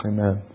Amen